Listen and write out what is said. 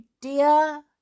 Dear